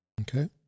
Okay